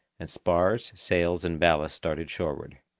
and spars, sails, and ballast started shoreward.